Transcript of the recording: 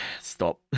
stop